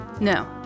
No